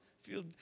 feel